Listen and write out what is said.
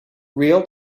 real